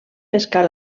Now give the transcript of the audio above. pescar